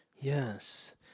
Yes